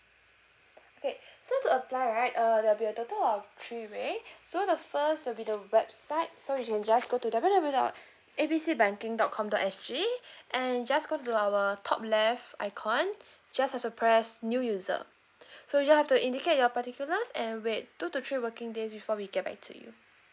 okay so to apply right uh there'll be a total of three way so the first will be the website so you can just go to W W dot A B C banking dot com dot S_G and just go to our top left icon just have to press new user so you just have to indicate your particulars and wait two to three working days before we get back to you